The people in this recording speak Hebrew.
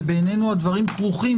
ובעינינו הדברים כרוכים,